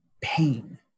pain